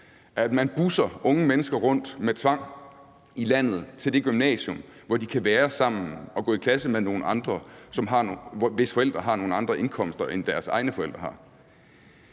at man busser unge mennesker rundt med tvang i landet til det gymnasium, hvor de kan være sammen og gå i klasse med nogle, hvis forældre har nogle andre indkomster, end deres egne forældrene har.